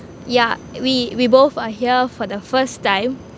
yeah we we both are here for the first time